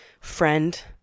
friend